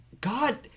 God